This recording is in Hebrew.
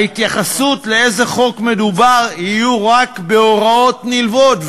ההתייחסויות לאיזה חוק מדובר יהיו רק בהוראות נלוות,